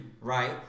right